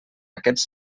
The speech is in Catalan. aquests